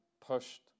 pushed